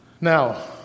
Now